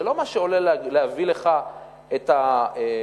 זה לא מה שעולה להביא לך את התשתיות,